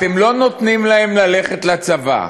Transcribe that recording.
אתם לא נותנים להם ללכת לצבא,